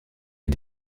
est